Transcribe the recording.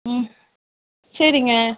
ம் சரிங்க